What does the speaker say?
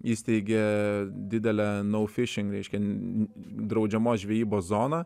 įsteigė didelę naufišing reiškia draudžiamos žvejybos zoną